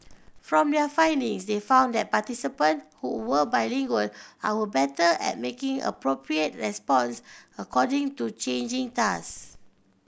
from their findings they found that participants who were bilingual are were better at making appropriate response according to changing task